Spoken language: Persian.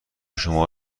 شما